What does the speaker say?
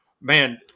man